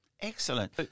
Excellent